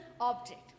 object